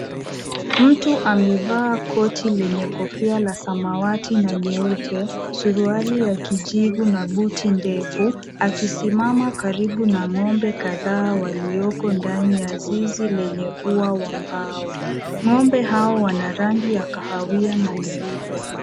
Mtu amevaa koti lenye kofia la samawati na nyeupe, suruali ya kijivu na buti ndefu, akisimama karibu na ng'ombe kadhaa walioko ndani ya zizi lenye ua wa mbao. Ng'ombe hao wana rangi ya kahawia na nyeupe.